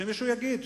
שמישהו יגיד,